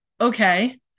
okay